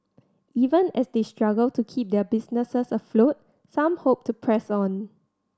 even as they struggle to keep their businesses afloat some hope to press on